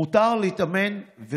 מותר להתאמן בשטח הפתוח,